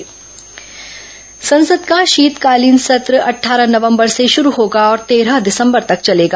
संसद सत्र संसद का शीतकालीन सत्र अट्ठारह नवम्बर से शुरू होगा और तेरह दिसम्बर तक चलेगा